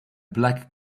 black